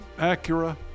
Acura